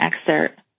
excerpt